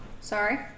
Sorry